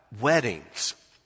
weddings